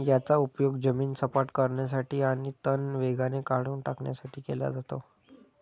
याचा उपयोग जमीन सपाट करण्यासाठी आणि तण वेगाने काढून टाकण्यासाठी केला जातो